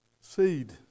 seed